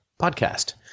podcast